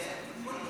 שיהיה כל נושא,